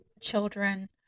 children